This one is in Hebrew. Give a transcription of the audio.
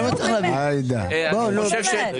החל מ-100,000 שקל